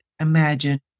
imagine